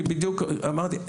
כי בדיוק אמרתי,